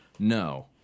No